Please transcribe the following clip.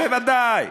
בוודאי.